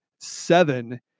Seven